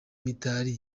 mitali